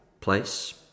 place